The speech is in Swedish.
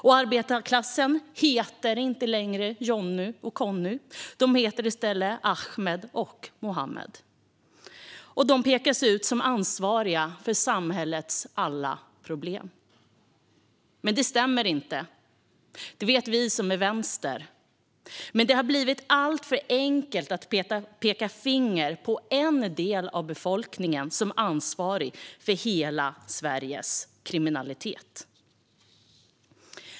Och arbetarklassen heter inte längre Johnny och Conny utan i stället Ahmed och Mohammed, och de pekas ut som ansvariga för samhällets alla problem. Men det stämmer inte. Det vet vi som är vänster. Men det har blivit alltför enkelt att peka finger mot en del av befolkningen som ansvarig för hela Sverige kriminalitet.